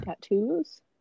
tattoos